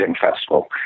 festival